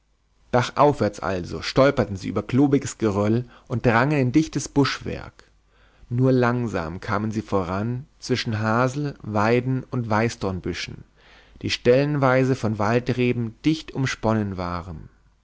liegen bachaufwärts also stolperten sie über klobiges geröll und drangen in dichtes buschwerk nur langsam kamen sie voran zwischen hasel weiden und weißdornbüschen die stellenweise von waldreben dicht umsponnen waren